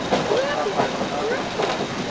drop it, drop it!